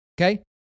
Okay